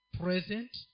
present